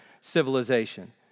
civilization